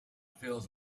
fills